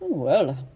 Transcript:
well.